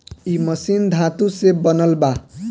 इ मशीन धातु से बनल बा